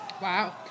Wow